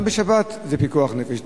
גם בשבת זה פיקוח נפש.